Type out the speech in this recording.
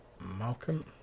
Malcolm